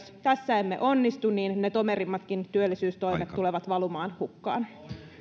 jos tässä emme onnistu ne tomerimmatkin työllisyystoimet tulevat valumaan hukkaan